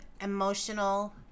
emotional